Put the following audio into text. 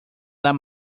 las